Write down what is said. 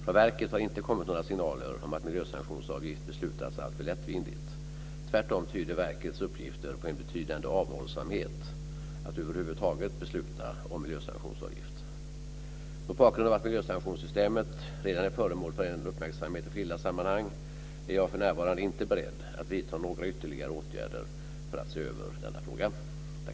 Från verket har inte kommit några signaler om att miljösanktionsavgift beslutas alltför lättvindigt. Tvärtom tyder verkets uppgifter på en betydande avhållsamhet att över huvud taget besluta om miljösanktionsavgift. Mot bakgrund av att miljösanktionssystemet redan är föremål för uppmärksamhet i skilda sammanhang är jag för närvarande inte beredd att vidta några ytterligare åtgärder för att se över frågan.